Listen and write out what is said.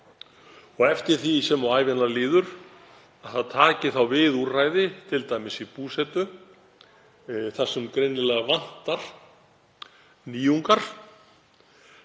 og eftir því sem á ævina líður þá taki við úrræði, t.d. í búsetu þar sem greinilega vantar nýjungar.